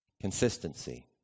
Consistency